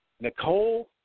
Nicole